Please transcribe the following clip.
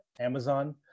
Amazon